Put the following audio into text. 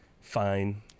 Fine